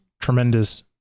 tremendous